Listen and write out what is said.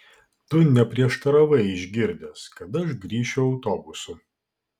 tu neprieštaravai išgirdęs kad aš grįšiu autobusu